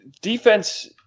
defense